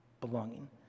Belonging